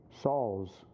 Saul's